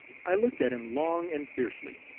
i looked at him long and fiercely,